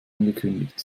angekündigt